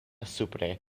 supre